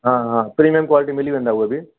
हा हा premium quality मिली वेंदा हूअ बि